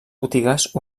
botigues